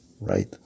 right